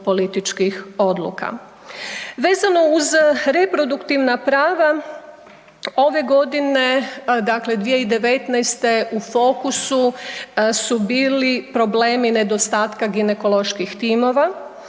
političkih odluka. Vezano uz reproduktivna prava ove godine, dakle 2019. u fokusu su bili problemi nedostatka ginekoloških timova,